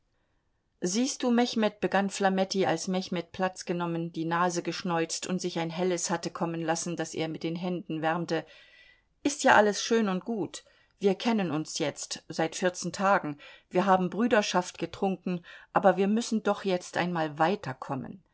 siehst du mechmed begann flametti als mechmed platz genommen die nase geschneuzt und sich ein helles hatte kommen lassen das er mit den händen wärmte ist ja alles schön und gut wir kennen uns jetzt seit vierzehn tagen wir haben brüderschaft getrunken aber wir müssen doch jetzt einmal weiterkommen